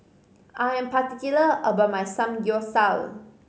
I am particular about my Samgyeopsal